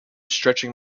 stretching